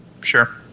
Sure